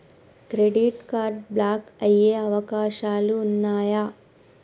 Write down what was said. Credit card block అయ్యే అవకాశాలు ఉన్నయా?